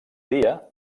dia